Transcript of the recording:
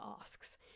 asks